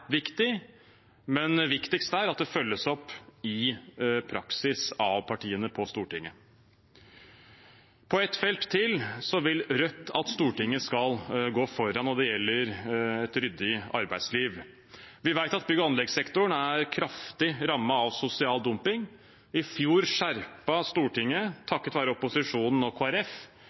viktig, men viktigst er at det følges opp i praksis av partiene på Stortinget. På ett felt til vil Rødt at Stortinget skal gå foran. Det gjelder et ryddig arbeidsliv. Vi vet at bygg- og anleggssektoren er kraftig rammet av sosial dumping. I fjor skjerpet Stortinget, takket være opposisjonen og